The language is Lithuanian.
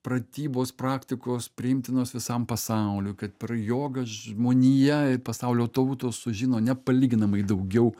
pratybos praktikos priimtinos visam pasauliui kad per jogą žmonija ir pasaulio tautos sužino nepalyginamai daugiau